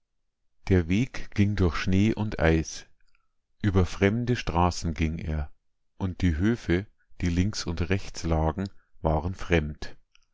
der weg ging durch schnee und eis über fremde straßen ging er und die höfe die links und rechts lagen waren fremd